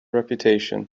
reputation